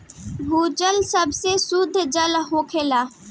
भूजल सबसे सुद्ध जल होला